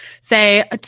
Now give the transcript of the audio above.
say